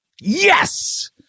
Yes